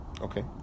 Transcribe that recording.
Okay